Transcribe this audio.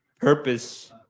purpose